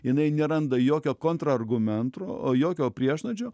jinai neranda jokio kontrargumentro o jokio priešnuodžio